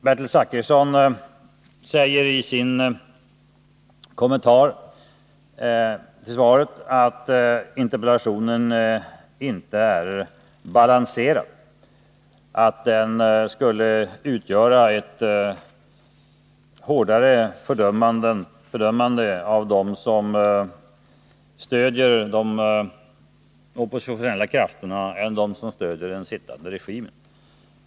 Bertil Zachrisson säger i sin kommentar till svaret att interpellationen inte är balanserad och att den skulle utgöra ett hårdare fördömande av dem som stöder de oppositionella krafterna än av dem som stöder den sittande regimen.